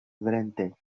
drenthe